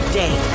day